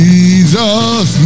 Jesus